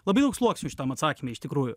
labai daug sluoksnių šitam atsakyme iš tikrųjų